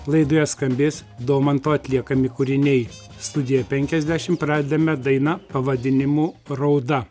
laidoje skambės domanto atliekami kūriniai studiją penkiasdešim pradedame daina pavadinimu rauda